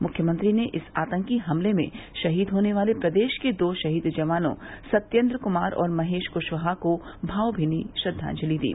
मुख्यमंत्री ने इस आतंकी हमले में शहीद होने वाले प्रदेश के दो शहीद जवानो सत्येन्द्र कुमार और महेश कुशवाहा को माकनीनी श्रद्वाजलि दी